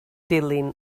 dilyn